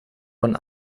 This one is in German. von